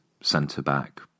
centre-back